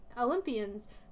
Olympians